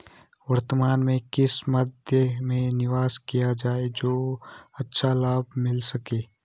वर्तमान में किस मध्य में निवेश किया जाए जो अच्छा लाभ मिल सके?